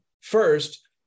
First